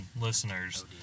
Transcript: listeners